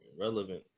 relevant